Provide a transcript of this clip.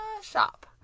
shop